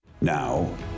Now